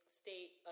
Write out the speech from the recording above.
state